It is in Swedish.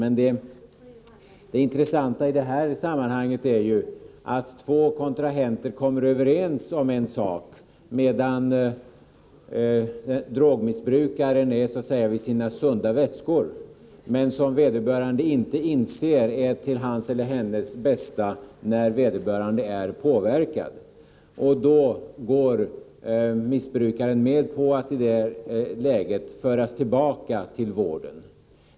Men det intressanta i detta sammanhang är ju att två kontrahenter kommer överens om en sak medan drogmissbrukaren är så att säga vid sunda vätskor — men som vederbörande inte inser är till hans eller hennes bästa när vederbörande är påverkad. I det läget går missbrukaren med på att bli förd tillbaka till vården.